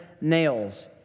nails